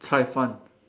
cai-fan